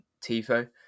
TIFO